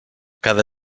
cada